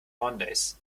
mondays